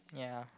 yeah